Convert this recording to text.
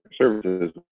services